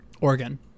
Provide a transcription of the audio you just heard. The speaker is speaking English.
Oregon